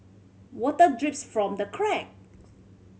water drips from the crack